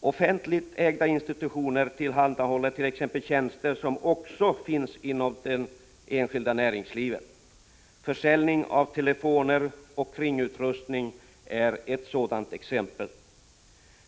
Offentligt ägda institutioner tillhandahåller t.ex. tjänster som också finns inom det enskilda näringslivet. Försäljning av telefoner och kringutrustning är ett sådant exempel.